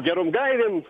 gerom gairėm